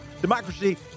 Democracy